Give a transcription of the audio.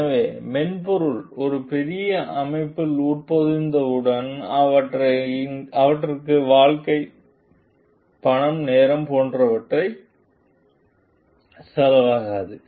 எனவே மென்பொருள் ஒரு பெரிய அமைப்பில் உட்பொதிக்கப்பட்டவுடன் அதற்கு வாழ்க்கை பணம் நேரம் போன்றவை செலவாகாது